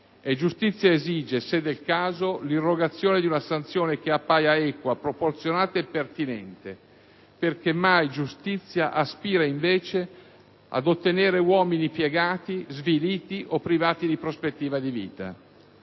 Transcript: (e giustizia esige, se del caso, l'irrogazione di una sanzione che appaia equa, proporzionata e pertinente, perché mai giustizia aspira invece ad uomini piegati, sviliti o privati di prospettiva di vita).